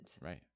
right